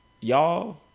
y'all